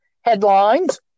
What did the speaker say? headlines